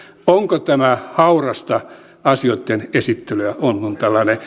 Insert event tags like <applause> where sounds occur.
onko tämä haurasta asioitten esittelyä on kun on tällainen <unintelligible>